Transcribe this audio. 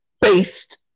based